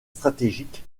stratégique